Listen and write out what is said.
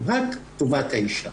רק טובת האישה.